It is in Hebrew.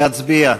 להצביע.